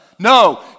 No